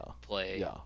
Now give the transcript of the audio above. play